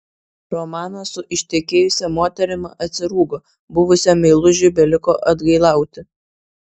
romanas su ištekėjusia moterimi atsirūgo buvusiam meilužiui beliko atgailauti